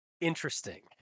Interesting